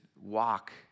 walk